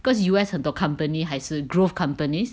cause U_S 很多 company 还是 growth companies